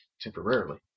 temporarily